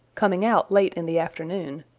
coming out late in the afternoon.